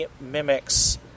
mimics